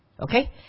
Okay